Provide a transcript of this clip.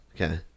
Okay